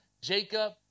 Jacob